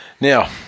Now